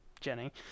Jenny